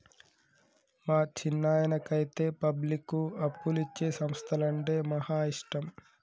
మా చిన్నాయనకైతే పబ్లిక్కు అప్పులిచ్చే సంస్థలంటే మహా ఇష్టం